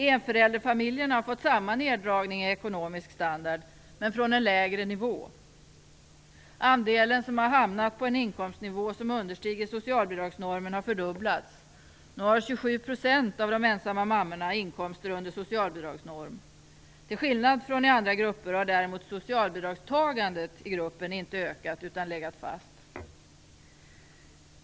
Enförälderfamiljerna har fått samma neddragning i ekonomisk standard, men från en lägre nivå. Andelen som har hamnat på en inkomstnivå som understiger socialbidragsnormen har fördubblats. Nu har 27 % av de ensamma mammorna inkomster under socialbidragsnorm. Till skillnad från det som skett i andra grupper har däremot socialbidragstagandet i gruppen inte ökat utan legat fast.